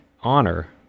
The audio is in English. honor